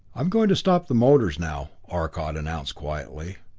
i'm going to stop the motors now, arcot announced quietly.